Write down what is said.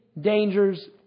dangers